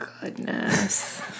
goodness